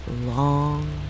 long